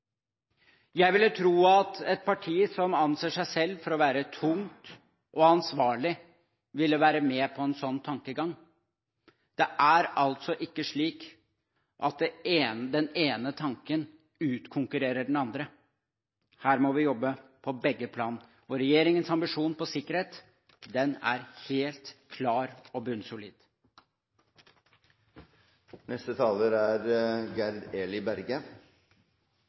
Jeg ville tro at et parti som anser seg selv for å være tungt og ansvarlig, ville være med på en sånn tankegang. Det er altså ikke slik at den ene tanken utkonkurrerer den andre – her må vi jobbe på begge plan, og regjeringens ambisjon på sikkerhet er helt klar og